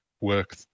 work